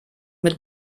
mit